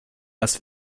das